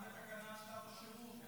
גם בתקנת שנת השירות.